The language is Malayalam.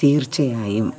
തീർച്ചയായും